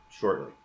shortly